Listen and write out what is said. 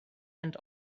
and